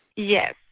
yes,